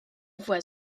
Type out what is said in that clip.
voit